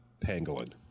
pangolin